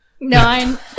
nine